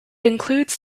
includes